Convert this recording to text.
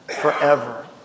forever